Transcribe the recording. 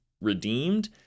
redeemed